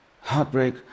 Heartbreak